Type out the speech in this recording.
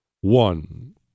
One